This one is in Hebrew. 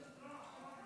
מה זה?